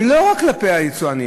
ולא רק כלפי היצואנים.